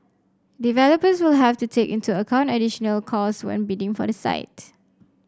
developers will have to take into account additional costs when bidding for the site